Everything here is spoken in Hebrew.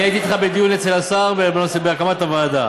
אני הייתי אתך בדיון אצל השר בהקמת הוועדה.